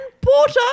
Porter